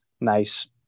nice